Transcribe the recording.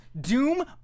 Doom